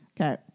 Okay